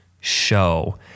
Show